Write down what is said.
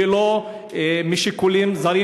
ולא משיקולים זרים,